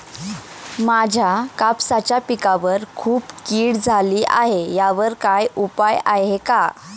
माझ्या कापसाच्या पिकावर खूप कीड झाली आहे यावर काय उपाय आहे का?